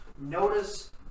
notice